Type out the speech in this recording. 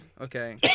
okay